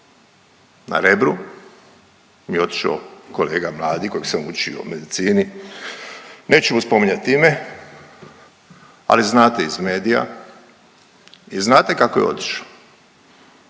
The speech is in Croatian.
na Rebru mi je otišao kolega mladi kojeg sam učio medicini, neću mu spominjati ime, ali znate iz medija i znate kako je otišao,